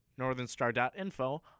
northernstar.info